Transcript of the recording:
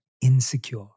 insecure